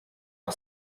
our